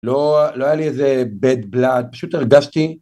לא היה לי איזה bad blood, פשוט הרגשתי.